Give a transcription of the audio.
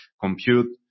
compute